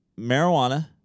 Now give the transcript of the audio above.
marijuana